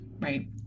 right